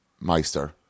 Meister